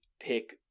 pick